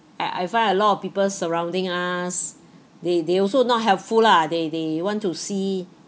I I find a lot of people surrounding us they they also not helpful lah they they want to see